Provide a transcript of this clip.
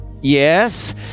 Yes